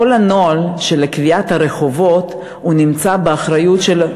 כל הנוהל של קביעת הרחובות נמצא באחריות של,